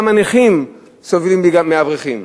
גם הנכים סובלים מאברכים,